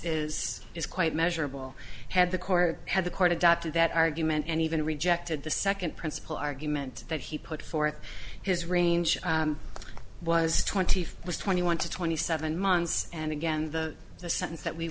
is is quite measurable had the court had the court adopted that argument and even rejected the second principle argument that he put forth his range was twenty five was twenty one to twenty seven months and again the the sentence that we